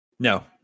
No